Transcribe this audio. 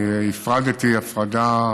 אני הפרדתי הפרדה